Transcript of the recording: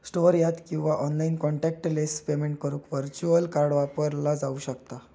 store यात किंवा online contactless payment करुक व्हर्च्युअल कार्ड वापरला जाऊ शकता